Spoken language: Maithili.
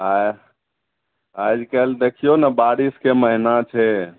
आइ काल्हि देखियौ ने बारिशके महिना छै